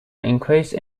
increase